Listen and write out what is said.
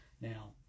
Now